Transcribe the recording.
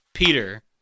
Peter